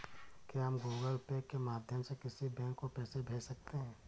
क्या हम Google Pay के माध्यम से किसी बैंक को पैसे भेज सकते हैं?